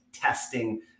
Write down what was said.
testing